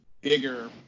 bigger